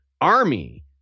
army